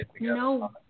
No